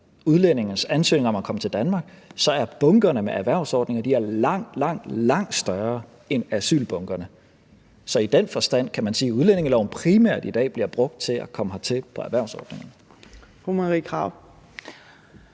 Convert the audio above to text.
udlændinges ansøgninger om at komme til Danmark, så er bunkerne med erhvervsordninger langt, langt større end asylbunkerne. Så i den forstand kan man sige, at udlændingeloven i dag primært bliver brugt til at komme hertil på erhvervsordninger.